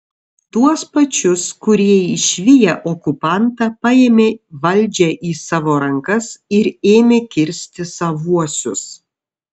tuos pačius kurie išviję okupantą paėmė valdžią į savo rankas ir ėmė kirsti savuosius